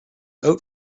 oat